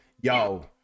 Yo